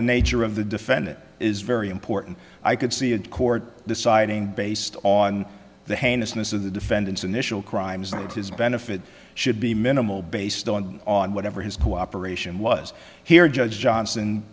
the nature of the defendant is very important i could see in court deciding based on the heinousness of the defendant's initial crimes that his benefit should be minimal based on on whatever his cooperation was here judge johnson